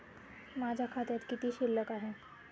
माझ्या खात्यात किती शिल्लक आहे?